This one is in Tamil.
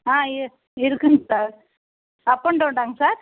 ஆ இருக்கு இருக்குதுங்க சார் அப் அன் டவுன்னாங்க சார்